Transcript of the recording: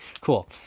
cool